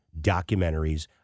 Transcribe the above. documentaries